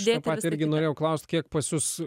aš tą patį irgi norėjau klaust kiek pas jus